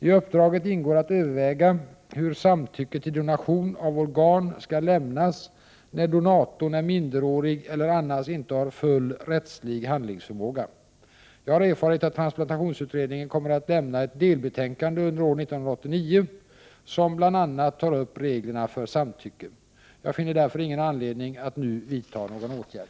I uppdraget ingår att överväga hur samtycke till donation av organ skall lämnas när donatorn är minderårig eller annars inte har full rättslig handlingsförmåga. Jag har erfarit att transplantationsutredningen kommer att lämna ett delbetänkande under år 1989 som bl.a. tar upp reglerna för samtycke. Jag finner därför ingen anledning att nu vidta någon åtgärd.